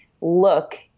look